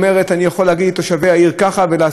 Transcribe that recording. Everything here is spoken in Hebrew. לתושבי העיר ככה ולעשות ביד השנייה,